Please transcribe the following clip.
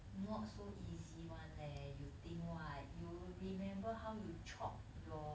not so easy one leh you think what you remember how you chop your